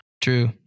True